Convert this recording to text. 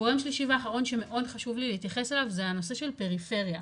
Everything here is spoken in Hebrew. גורם שלישי ואחרון שמאוד חשוב לי להתייחס אליו זה הנושא של פריפריה,